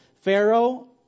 Pharaoh